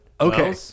Okay